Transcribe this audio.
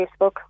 Facebook